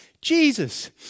Jesus